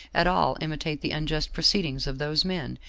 at all imitate the unjust proceedings of those men,